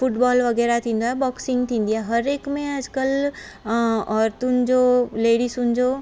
football वग़ैरह थींदो आहे बॉक्सिंग बि थींदी आहे हरहिक में अॼकल्ह अ औरतूनि जो लेडीसुनि जो